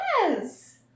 yes